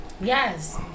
Yes